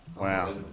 Wow